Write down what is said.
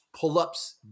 pull-ups